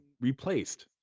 replaced